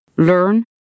learn